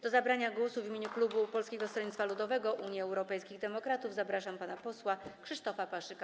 Do zabrania głosu w imieniu klubu Polskiego Stronnictwa Ludowego - Unii Europejskich Demokratów zapraszam pana posła Krzysztofa Paszyka.